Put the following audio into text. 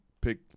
pick